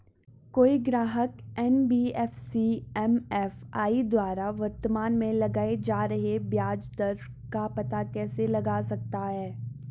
कोई ग्राहक NBFC MFI द्वारा वर्तमान में लगाए जा रहे ब्याज दर का पता कैसे लगा सकता है?